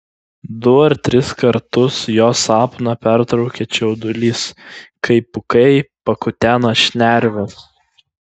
du ar tris kartus jo sapną pertraukia čiaudulys kai pūkai pakutena šnerves